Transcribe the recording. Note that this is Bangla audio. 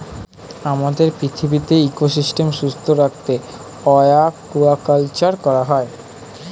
আমাদের পৃথিবীর ইকোসিস্টেম সুস্থ রাখতে অ্য়াকুয়াকালচার করা হয়